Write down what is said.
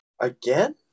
Again